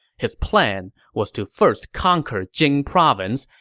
his plan was to first conquer jing province,